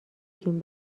جون